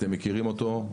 אתם מכירים אותו.